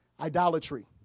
Idolatry